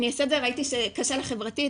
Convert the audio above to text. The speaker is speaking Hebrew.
ראיתי שקשה לה חברתית,